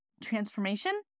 transformation